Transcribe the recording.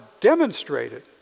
demonstrated